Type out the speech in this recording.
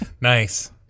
Nice